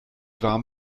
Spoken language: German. warm